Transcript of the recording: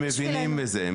הם מבינים בזה.